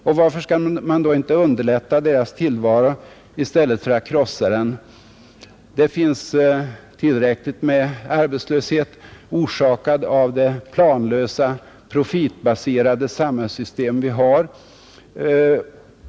Och varför skall man då inte underlätta deras tillvaro i stället för att krossa den? Det finns tillräckligt med arbetslöshet, orsakad av det planlösa, profitbaserade samhällssystem vi har.